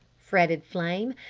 fretted flame.